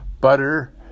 butter